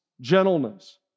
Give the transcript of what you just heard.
gentleness